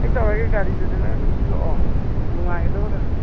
ꯑꯩ ꯇꯧꯔꯒꯦ ꯒꯥꯔꯤꯗꯨꯗꯤ ꯅꯪ ꯑꯗꯨꯝ ꯁꯤꯜꯂꯛꯑꯣ ꯅꯨꯡꯉꯥꯏꯒꯗꯕ ꯒꯥꯔꯤ